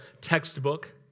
textbook